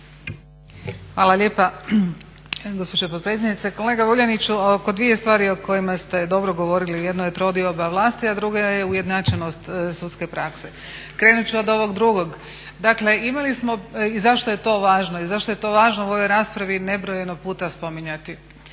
Hvala lijepa gospođo potpredsjednice. Kolega Vuljaniću, oko dvije stvari o kojima ste dobro govorili jedno je trodioba vlasti a drugo je ujednačenost sudske prakse. Krenut ću od ovog drugog. Dakle, imali smo, i zašto je to važno i zašto je to važno u ovoj raspravi nebrojeno puta spominjati,